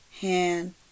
hand